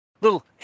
little